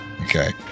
okay